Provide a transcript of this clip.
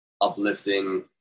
uplifting